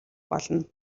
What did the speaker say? болно